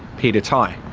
peter tighe.